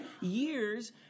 years